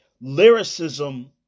lyricism